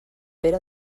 pere